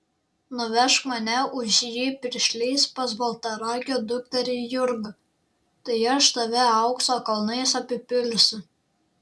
nuvežk mane už jį piršliais pas baltaragio dukterį jurgą tai aš tave aukso kalnais apipilsiu